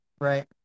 Right